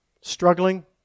struggling